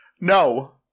No